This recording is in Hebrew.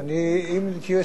אם תהיה סבלני,